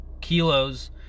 kilos